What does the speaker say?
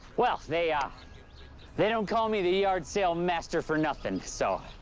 well, they ah they don't call me the yard sale master for nothing. so